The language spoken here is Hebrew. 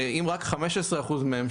ואם רק 15% מהם,